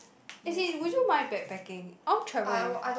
as in would you mind bag packing I want travel with